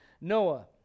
Noah